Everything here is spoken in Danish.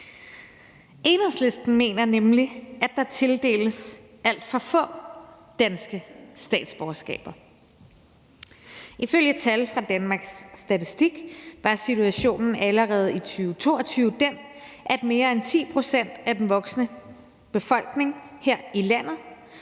Enhedslisten mener nemlig, at der tildeles alt for få danske statsborgerskaber. Ifølge tal fra Danmarks Statistik var situationen allerede i 2022 den, at mere end 10 pct. af den voksne befolkning her i landet